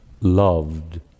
loved